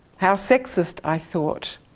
how sexist, i thought.